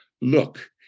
Look